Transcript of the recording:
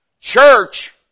Church